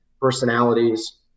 personalities